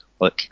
look